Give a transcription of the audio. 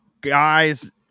guys